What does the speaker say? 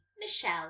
Michelle